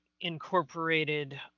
incorporated